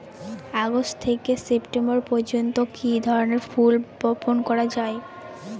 August থেকে September পর্যন্ত কি ধরনের ফুল বপন করা যায়?